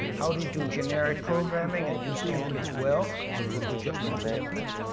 how do you do generic programming and use templates well as opposed to just use templates?